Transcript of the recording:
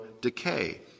decay